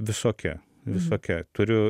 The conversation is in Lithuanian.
visokia visokia turiu